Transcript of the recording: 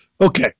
Okay